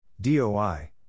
DOI